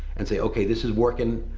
and say, okay, this is working,